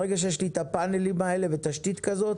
ברגע שיש לי את הפאנלים האלה ותשתית כזאת,